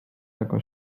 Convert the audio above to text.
tego